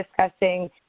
discussing